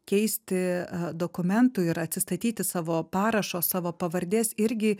keisti dokumentų ir atsistatyti savo parašo savo pavardės irgi